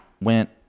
Went